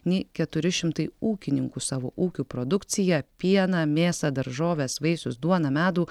nei keturi šimtai ūkininkų savo ūkių produkciją pieną mėsą daržoves vaisius duoną medų